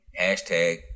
Hashtag